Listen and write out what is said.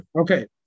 Okay